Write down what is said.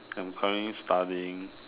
I'm currently studying